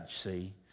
see